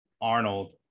Arnold